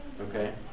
Okay